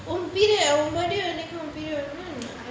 உன் பெரு வருமா என்ன:un peru varumaa enna